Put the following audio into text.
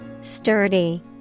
Sturdy